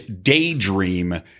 Daydream